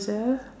~sel